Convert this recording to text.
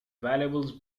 valuables